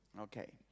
Okay